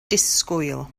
disgwyl